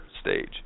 stage